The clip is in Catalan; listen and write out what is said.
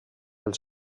els